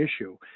issue